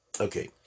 Okay